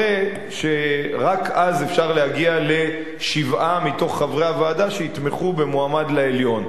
הרי שרק אז אפשר להגיע לשבעה מתוך חברי הוועדה שיתמכו במועמד לעליון.